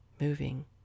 moving